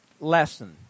lesson